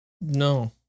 no